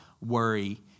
worry